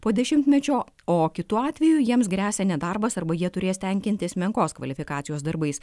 po dešimtmečio o kitu atveju jiems gresia nedarbas arba jie turės tenkintis menkos kvalifikacijos darbais